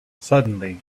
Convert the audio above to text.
suddenly